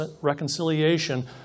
reconciliation